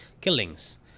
killings